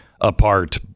apart